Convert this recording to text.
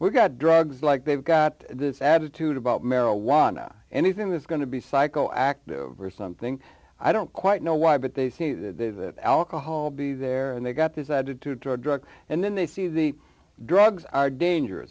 were got drugs like they've got this added to about marijuana anything that's going to be psycho active or something i don't quite know why but they see the alcohol be there and they've got this attitude toward drugs and then they see the drugs are dangerous